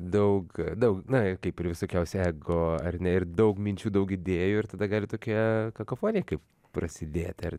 daug daug na kaip ir visokiausi ego ar ne ir daug minčių daug idėjų ir tada ir tokia kakofonija kaip prasidėti ar